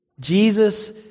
Jesus